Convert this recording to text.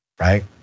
right